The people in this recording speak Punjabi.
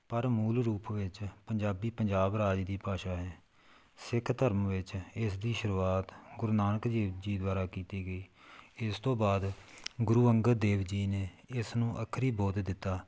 ਪਰ ਮੂਲ ਰੂਪ ਵਿੱਚ ਪੰਜਾਬੀ ਪੰਜਾਬ ਰਾਜ ਦੀ ਭਾਸ਼ਾ ਹੈ ਸਿੱਖ ਧਰਮ ਵਿੱਚ ਇਸ ਦੀ ਸ਼ੁਰੂਆਤ ਗੁਰੂ ਨਾਨਕ ਦੇਵ ਜੀ ਦੁਆਰਾ ਕੀਤੀ ਗਈ ਇਸ ਤੋਂ ਬਾਅਦ ਗੁਰੂ ਅੰਗਦ ਦੇਵ ਜੀ ਨੇ ਇਸ ਨੂੰ ਅੱਖਰੀ ਬੋਧ ਦਿੱਤਾ